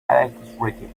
alacrity